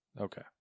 Okay